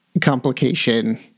complication